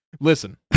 Listen